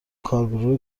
کارگروه